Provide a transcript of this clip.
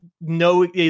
no